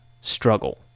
struggle